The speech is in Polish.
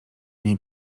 niej